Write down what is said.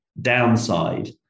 downside